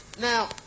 Now